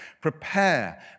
Prepare